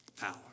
power